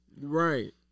Right